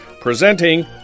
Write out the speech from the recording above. presenting